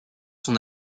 son